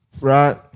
Right